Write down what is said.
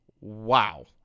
Wow